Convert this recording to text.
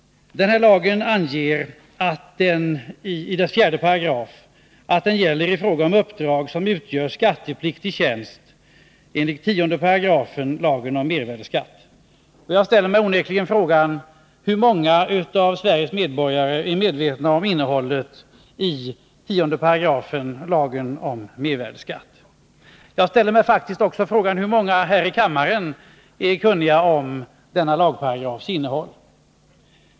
Lagen anger i sin fjärde paragraf att den gäller i fråga om uppdrag som utgör skattepliktig tjänst enligt 10 § lagen om mervärdeskatt. Jag ställer mig frågan: Hur många av Sveriges medborgare är medvetna om innehållet i 10 § lagen om mervärdeskatt? Jag frågar mig också hur många här i kammaren som känner till denna lagparagrafs innehåll.